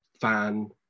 fan